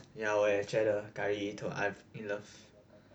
yeah 我也觉得 curry 鱼头 I'm in love